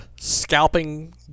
scalping